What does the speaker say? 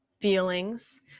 feelings